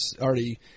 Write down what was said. already